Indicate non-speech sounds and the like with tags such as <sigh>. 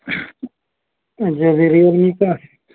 <unintelligible> Realme का